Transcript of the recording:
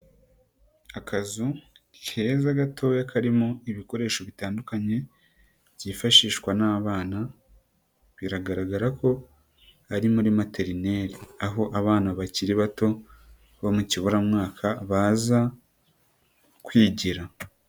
Akazu keza gatoya karimo ibikoresho bitandukanye byifashishwa n'abana, biragaragara ko ari muri materineri aho abana bakiri bato bo mu kiburamwaka baza kwigira.